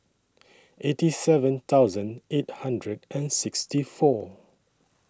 eighty seven thousand eight hundred and sixty four